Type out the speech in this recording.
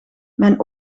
mijn